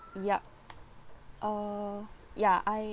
yup uh ya I